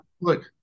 Look